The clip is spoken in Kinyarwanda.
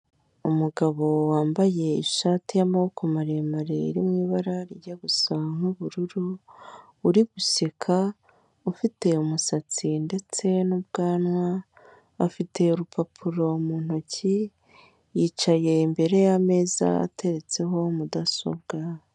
Umugabo wambaye ishati y'amaboko maremare iri mu ibara rijyagusa nk'ubururu uri guseka ufite umusatsi ndetse n'ubwanwa, afite urupapuro mu ntoki yicaye imbere y'ameza ateretseho mudasobwa.